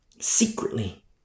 secretly